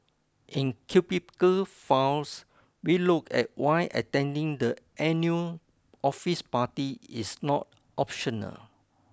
in Cubicle Files we look at why attending the annual office party is not optional